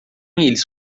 eles